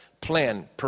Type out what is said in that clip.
plan